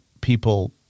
people